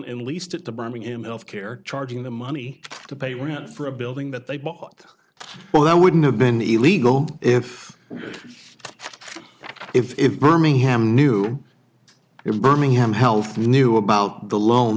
at least at the birmingham health care charging the money to pay rent for a building that they bought well that wouldn't have been the legal if if birmingham knew in birmingham health knew about the loan